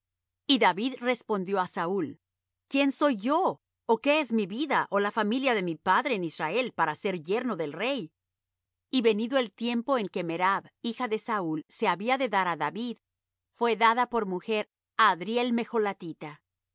y david respondió á saúl quién soy yo ó qué es mi vida ó la familia de mi padre en israel para ser yerno del rey y venido el tiempo en que merab hija de saúl se había de dar á david fué dada por mujer á adriel